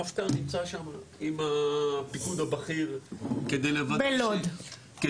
המפכ"ל נמצא שם עם הפיקוד הבכיר כדי לוודא